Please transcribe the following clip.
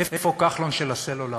איפה כחלון של הסלולר?